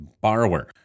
borrower